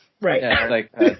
Right